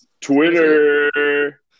Twitter